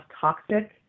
toxic